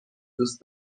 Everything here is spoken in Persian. دوست